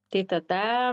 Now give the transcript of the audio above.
tai tada